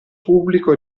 pubblico